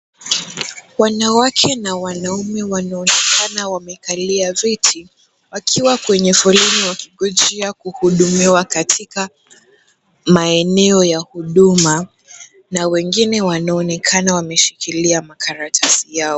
Wanawake na wanaume wanaonekana wamekalia viti wakiwa kwenye foleni wakigonjea kuhudumiwa katika maeneo ya huduma na wengine wanaonekana wameshikilia makaratasi yao.